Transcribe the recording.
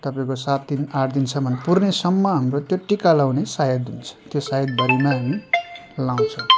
तपाईँको सात दिन आठ दिनसम्म पुर्णेसम्म हाम्रो त्यो टिका लगाउने सायत हुन्छ त्यो सायतभरिमा हामी लगाउँछौँ